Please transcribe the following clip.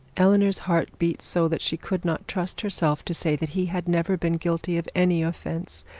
eleanor's heart beat so that she could not trust herself to say that he had never been guilty of any offence.